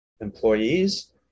employees